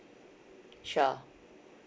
sure